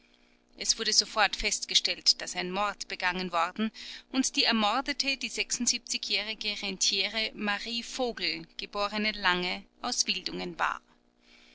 es wurde sofort festgestellt daß ein mord begangen worden und die ermordete die jährige rentiere marie vogel geborene lange aus wildungen war